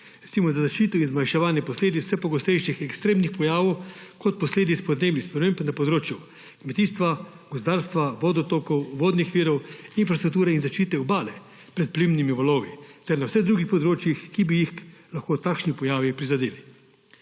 recimo za zaščito in zmanjševanje posledic vse pogostejših ekstremnih pojavov kot posledic podnebnih sprememb na področju kmetijstva, gozdarstva, vodotokov, vodnih virov, infrastrukture in zaščite obale pred plimnimi valovi; ter na vseh drugih področjih, ki bi jih lahko takšni pojavi prizadeli.